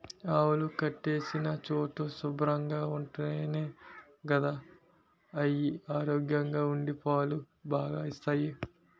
ఆవులు కట్టేసిన చోటు శుభ్రంగా ఉంటేనే గదా అయి ఆరోగ్యంగా ఉండి పాలు బాగా ఇస్తాయి